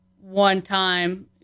one-time